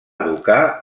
educar